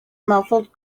muffled